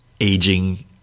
aging